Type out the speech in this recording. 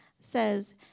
says